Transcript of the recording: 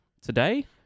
today